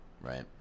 Right